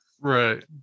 Right